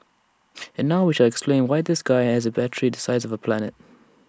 and now we shall explain why this guy has A battery the size of A planet